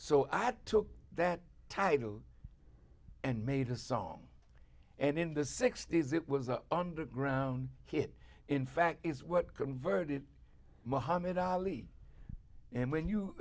so i took that title and made a song and in the sixty's it was an underground hit in fact is what converted mohammed ali in when you